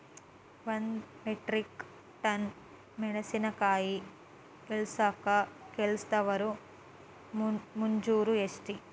ಒಂದ್ metric tonne ಮೆಣಸಿನಕಾಯಿ ಇಳಸಾಕ್ ಕೆಲಸ್ದವರ ಮಜೂರಿ ಎಷ್ಟ?